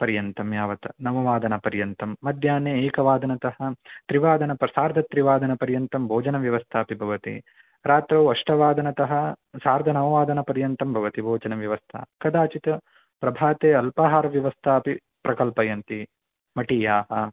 पर्यन्तं यावत् नववादनपर्यन्तं मध्याह्ने एकवादनतः त्रिवादन प्र सार्धत्रिवादनपर्यन्तं भोजनव्यवस्थापि भवति रात्रौ अष्टवादनतः सार्धनववादनपर्यन्तं भवति भोजनव्यवस्था कदाचित् प्रभाते अल्पाहारव्यवस्था अपि प्रकल्पयन्ति मठीयाः